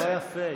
לא יפה.